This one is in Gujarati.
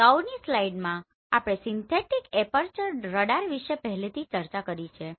અગાઉની સ્લાઇડમાં આપણે સિન્થેટીક એપર્ચર રડાર વિશે પહેલેથી જ ચર્ચા કરી છે